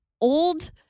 old